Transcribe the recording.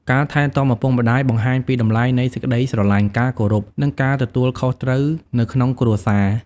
ការថែទាំឪពុកម្ដាយបង្ហាញពីតម្លៃនៃសេចក្ដីស្រឡាញ់ ការគោរព និងការទទួលខុសត្រូវនៅក្នុងគ្រួសារ។